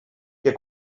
que